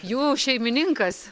jų šeimininkas